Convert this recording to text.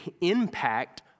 impact